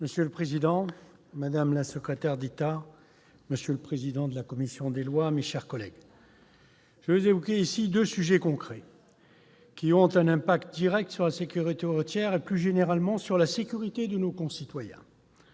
Monsieur le président, madame la secrétaire d'État, monsieur le président de la commission des lois, mes chers collègues, j'évoquerai deux sujets concrets, qui ont un impact direct sur la sécurité routière et, plus généralement, sur la sécurité de nos concitoyens